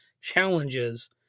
challenges